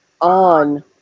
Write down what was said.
on